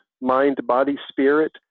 mind-body-spirit